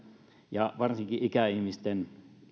ja varsinkin ikäihmisten